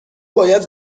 باید